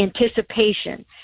anticipation